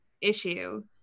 issue